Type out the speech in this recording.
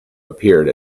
appeared